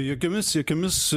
jokiomis jokiomis